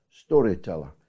Storyteller